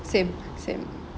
same same